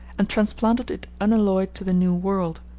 and transplanted it unalloyed to the new world.